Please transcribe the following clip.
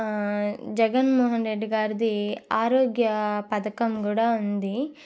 జగన్ మోహన్ రెడ్డి గారిది ఆరోగ్య పథకం కూడా ఉంది